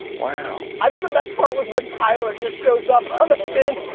wow. i thought the best part was when tyler just shows up on the pins